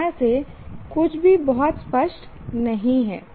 यहां से कुछ भी बहुत स्पष्ट नहीं है